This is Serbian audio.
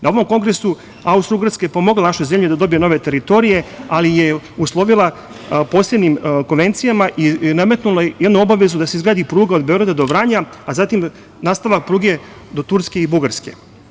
Na ovom kongresu Austrougarska je pomogla našoj zemlji da dobije nove teritorije, ali je uslovila posebnim konvencijama i nametnula jednu obavezu – da se izgradi pruga od Beograda do Vranja, a zatim nastavak pruge do Turske i Bugarske.